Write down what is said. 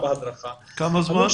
במה שמושקע בהדרכה.